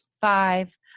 five